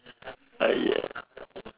I